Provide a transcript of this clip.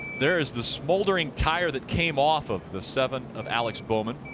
there is the smoldering tire that came off of the seven of alex bowman.